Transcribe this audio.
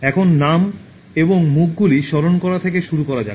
এখন নাম এবং মুখগুলি স্মরণ করা থেকে শুরু করা যাক